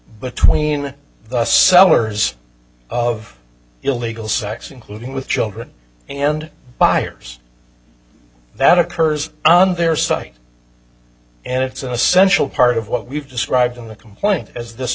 but tween the sellers of illegal sites including with children and buyers that occurs on their site and it's an essential part of what we've described in the complaint as this